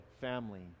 family